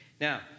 Now